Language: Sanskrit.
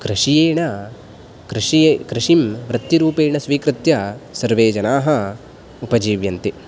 कृषिणा कृषि कृषिं वृत्तिरुपेण स्वीकृत्य सर्वे जनाः उपजीव्यन्ते